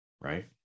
Right